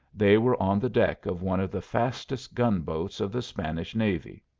they were on the deck of one of the fastest gun-boats of the spanish navy.